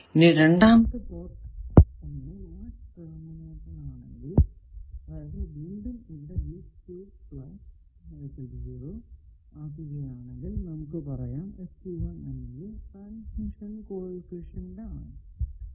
ഇനി രണ്ടാമത്തെ പോർട്ട് എന്നത് മാച്ച് ടെർമിനേറ്റ് ആണെങ്കിൽ അതായതു വീണ്ടും ഇവിടെ ആക്കുകയാണെങ്കിൽ നമുക്ക് പറയാം എന്നത് ട്രാൻസ്മിഷൻ കോ എഫിഷ്യന്റ് ആണ്